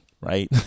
Right